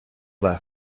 left